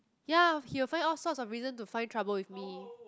ya he will find all sorts of reason to find trouble with me